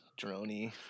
droney